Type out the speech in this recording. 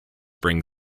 bring